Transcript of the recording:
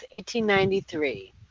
1893